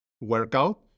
workout